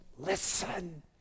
listen